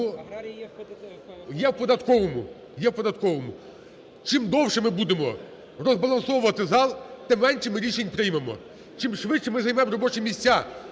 є в податковому. Чим довше ми будеморозбалансовувати зал, тим менше ми рішень приймемо. Чим швидше ми займемо робочі місця